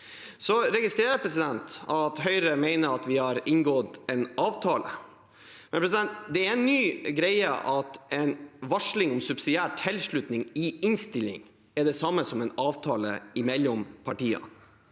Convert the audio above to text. Jeg registrerer at Høyre mener vi har inngått en avtale. Det er en ny greie at en varsling om subsidiær tilslutning i innstillingen er det samme som en avtale mellom partier.